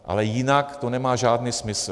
Ale jinak to nemá žádný smysl.